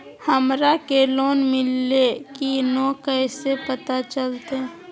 हमरा के लोन मिल्ले की न कैसे पता चलते?